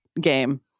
game